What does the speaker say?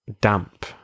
damp